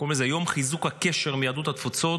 קוראים לזה יום חיזוק הקשר עם יהדות התפוצות,